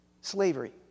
slavery